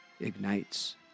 ignites